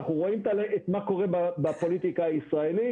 אנחנו רואים מה קורה בפוליטיקה הישראלית.